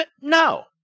No